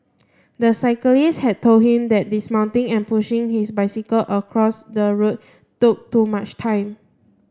the cyclist had told him that dismounting and pushing his bicycle across the road took too much time